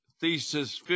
thesis